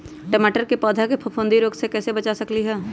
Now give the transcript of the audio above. टमाटर के पौधा के फफूंदी रोग से कैसे बचा सकलियै ह?